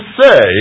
say